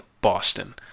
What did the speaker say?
Boston